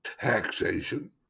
taxation